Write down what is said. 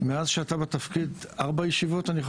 מאז שאתה בתפקיד השתתפנו בארבע ישיבות.